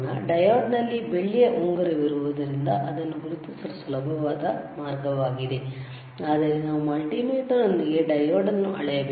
ಡಯೋಡ್ನಲ್ಲಿ ಬೆಳ್ಳಿಯ ಉಂಗುರವಿರುವುದರಿಂದ ಅದನ್ನು ಗುರುತಿಸಲು ಸುಲಭವಾದ ಮಾರ್ಗವಾಗಿದೆ ಆದರೆ ನಾವು ಮಲ್ಟಿಮೀಟರ್ನೊಂದಿಗೆ ಡಯೋಡ್ ಅನ್ನು ಅಳೆಯಬೇಕು